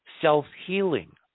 self-healing